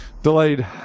Delayed